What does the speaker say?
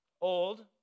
old